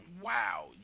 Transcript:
wow